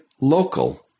local